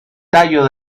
tallo